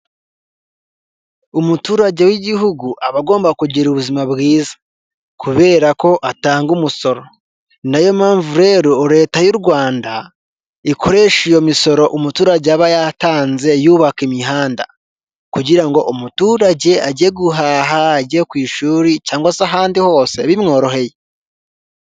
Umuturage w'igihugu aba agomba kugira ubuzima bwiza kubera ko atanga umusoro, ninayo mpamvu rero leta y'u Rwanda ikoresha iyo misoro umuturage aba yatanze yubaka imihanda kugira ngo umuturage ajye guhaha, ajye ku ishuri cyangwa se ahandi hose bimworoheye.